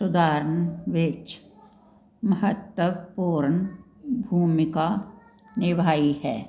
ਸੁਧਾਰਨ ਵਿੱਚ ਮਹੱਤਵਪੂਰਨ ਭੂਮਿਕਾ ਨਿਭਾਈ ਹੈ